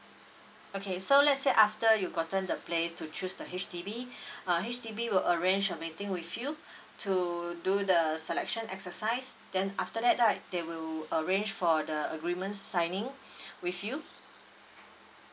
okay so let's say after you gotten the place to choose the H_D_B uh H_D_B will arrange a meeting with you to do the the selection exercise then after that right they will arrange for the agreement signing with you